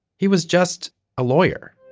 he was just a, lawyer